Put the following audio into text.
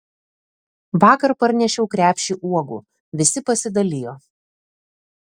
vakar parnešiau krepšį uogų visi pasidalijo